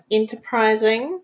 enterprising